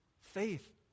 faith